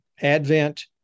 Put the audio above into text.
Advent